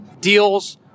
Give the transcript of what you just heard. deals